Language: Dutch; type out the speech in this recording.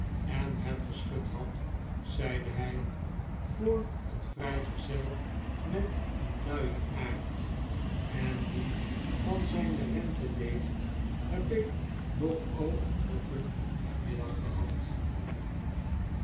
jbissehopstaf bekeken enhetgeschud had zeide hy voor een vryggflel met een luien aard en die van zyne renten leeft heb ik nogal een drukken namiddag gehad